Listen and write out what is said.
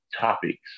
topics